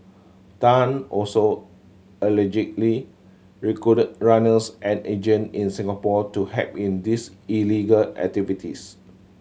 Tan also allegedly recruited runners and agent in Singapore to help in these illegal activities